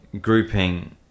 grouping